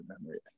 memory